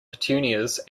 petunias